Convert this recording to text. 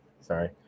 sorry